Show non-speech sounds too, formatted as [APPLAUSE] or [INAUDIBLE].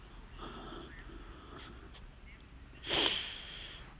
[NOISE]